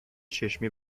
چشمی